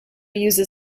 used